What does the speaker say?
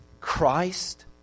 Christ